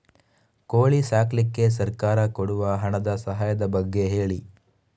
ಕೋಳಿ ಸಾಕ್ಲಿಕ್ಕೆ ಸರ್ಕಾರ ಕೊಡುವ ಹಣದ ಸಹಾಯದ ಬಗ್ಗೆ ಹೇಳಿ